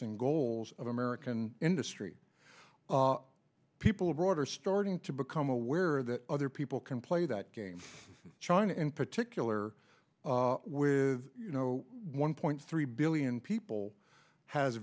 and goals of american industry people abroad are starting to become aware that other people can play that game china in particular with you know one point three billion people has